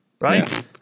Right